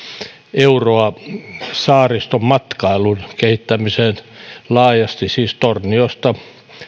euroa saaristomatkailun kehittämiseen laajasti siis torniosta